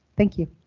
thank you.